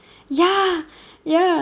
ya ya